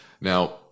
Now